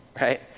right